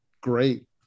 great